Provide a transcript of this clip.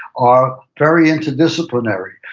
are very inter-disciplinary.